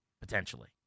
potentially